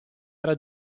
era